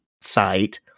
site